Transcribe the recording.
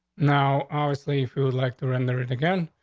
now, obviously, if you would like to render it again,